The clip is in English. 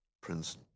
Prince